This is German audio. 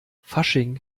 fasching